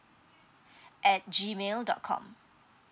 at G mail dot com